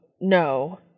no